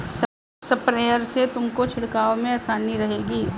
sprayer से तुमको छिड़काव में आसानी रहेगी